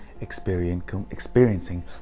experiencing